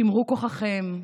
שמרו כוחכם,